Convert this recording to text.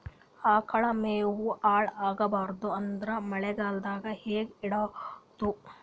ಆಕಳ ಮೆವೊ ಹಾಳ ಆಗಬಾರದು ಅಂದ್ರ ಮಳಿಗೆದಾಗ ಹೆಂಗ ಇಡೊದೊ?